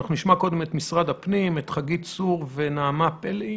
נשמע קודם ממשרד הפנים את חגית צור ונעמה פלאי,